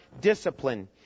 discipline